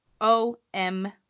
o-m